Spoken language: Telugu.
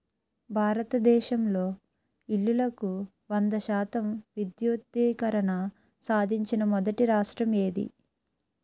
భారతదేశంలో ఇల్లులకు వంద శాతం విద్యుద్దీకరణ సాధించిన మొదటి రాష్ట్రం ఏది?